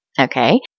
Okay